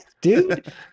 Dude